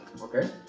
Okay